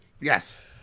Yes